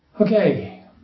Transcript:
Okay